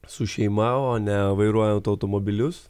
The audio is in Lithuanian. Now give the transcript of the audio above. su šeima o ne vairuojant automobilius